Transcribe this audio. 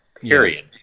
period